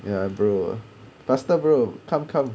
ya bro faster bro come come